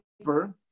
paper